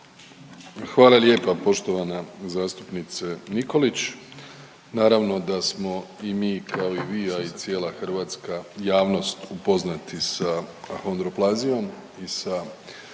Hvala lijepa poštovana zastupnice Nikolić. Naravno da smo i mi kao i vi, a i cijela hrvatska javnost upoznati sa ahondroplazijom i sa